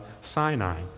Sinai